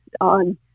on